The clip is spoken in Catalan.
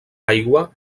aigua